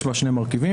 יש לו שני מרכיבים: